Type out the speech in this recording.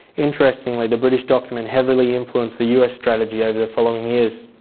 interestingly the british document heavily influenced the us strategy over the following years.